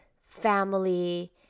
family